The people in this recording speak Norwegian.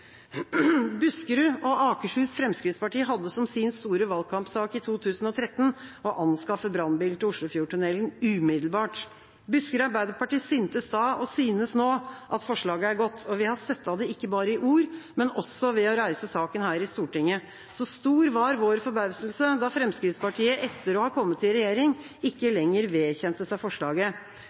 Buskerud Fremskrittsparti og Akershus Fremskrittsparti hadde som sin store valgkampsak i 2013 å anskaffe brannbil til Oslofjordtunnelen umiddelbart. Buskerud Arbeiderparti syntes da, og synes nå, at forslaget er godt. Vi har støttet det, ikke bare i ord, men også ved å reise saken her i Stortinget. Stor var vår forbauselse da Fremskrittspartiet etter å ha kommet i regjering, ikke lenger vedkjente seg forslaget.